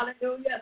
hallelujah